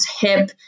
hip